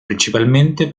principalmente